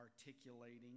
articulating